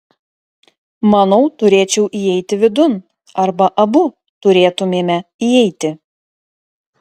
manau turėčiau įeiti vidun arba abu turėtumėme įeiti